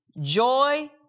joy